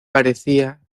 parecía